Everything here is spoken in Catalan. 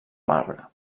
marbre